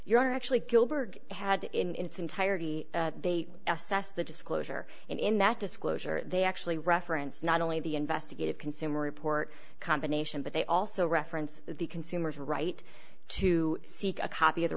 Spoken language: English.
gillberg had in its entirety they assess the disclosure and in that disclosure they actually reference not only the investigative consumer report combination but they also reference the consumer's right to seek a copy of the